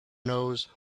knows